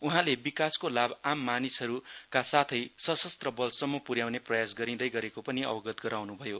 उहाँले विकासको लाभ आम मानिसहरूका साथै सशस्त्र बलसम्म प्ऱ्याउने प्रयास गरिँदै गरेको पनि अवगत गराउन् भयो